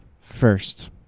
first